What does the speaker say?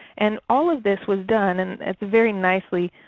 and all of this was done, and it's very nicely